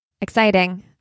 Exciting